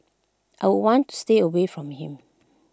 I would want to stay away from him